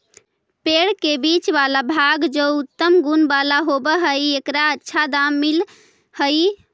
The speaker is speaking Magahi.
पेड़ के बीच वाला भाग जे उत्तम गुण वाला होवऽ हई, एकर अच्छा दाम मिलऽ हई